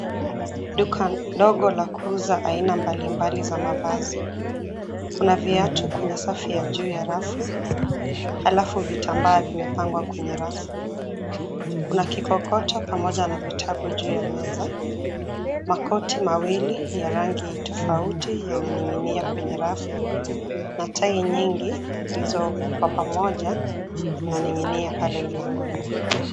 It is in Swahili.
Duka ndogo la kuuza aina mbalimbali za mavazi. Kuna viatu kwenye safu ya juu ya rafu, alafu vitambaa vimepangwa kwenye rafu. Kuna kikokoto pamoja na vitabu juu ya meza. Makoti mawili ya rangi tofauti yananing'inia kwenye rafu, na tai nyingi zilizo kwa pamoja, zinaning'inia pale mlangoni.